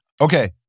Okay